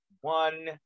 one